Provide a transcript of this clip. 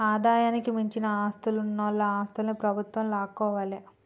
ఆదాయానికి మించిన ఆస్తులున్నోల ఆస్తుల్ని ప్రభుత్వం లాక్కోవాలే